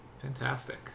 fantastic